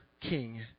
king